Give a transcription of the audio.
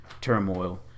turmoil